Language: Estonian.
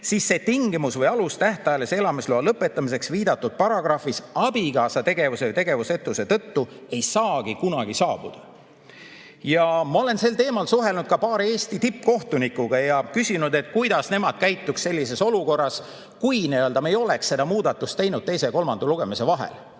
siis see tingimus või alus tähtajalise elamisloa lõpetamiseks viidatud paragrahvis abikaasa tegevuse või tegevusetuse tõttu ei saagi kunagi saabuda. Ma olen sel teemal suhelnud ka paari Eesti tippkohtunikuga ja küsinud, kuidas nemad käitunuks sellises olukorras, kui me ei oleks seda muudatust teinud teise ja kolmanda lugemise vahel.